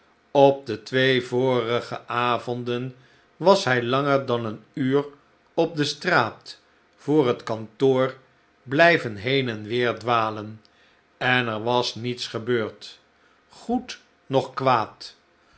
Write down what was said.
op de twee vorige avonden was hij langer dan een uur op de straat voor het kantoor blijven heen en weer dwalen en er was niets gebeurd goed noch kwaad